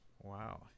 Wow